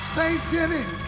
Thanksgiving